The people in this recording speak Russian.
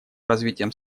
развитием